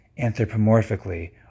anthropomorphically